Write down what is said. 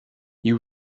you